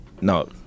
No